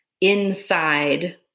inside